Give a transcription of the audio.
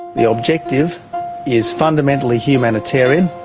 the objective is fundamentally humanitarian,